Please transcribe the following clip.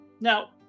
Now